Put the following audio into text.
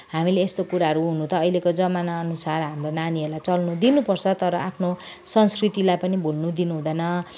हामीले यस्तो कुराहरू हुनु त अहिलेको जमाना हाम्रो नानीहरूलाई चल्नु दिनुपर्छ तर आफ्नो संस्कृतिलाई पनि भुल्न दिनुहुँदैन